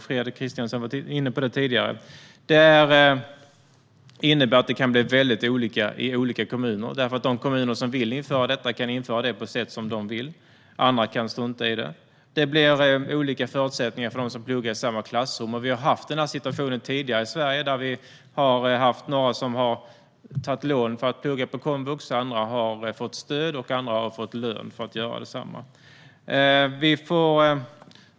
Fredrik Christensson var tidigare inne på det. Det kan bli olika i olika kommuner. De kommuner som vill införa detta kan göra det på det sätt de vill medan andra kan strunta i det. Det blir olika förutsättningar för dem som pluggar i samma klassrum. Vi har haft den situationen tidigare. Då fick några ta lån för att plugga på komvux medan andra fick stöd eller till och med lön för att göra detsamma.